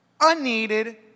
unneeded